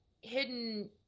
hidden